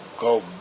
go